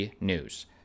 news